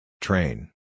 Train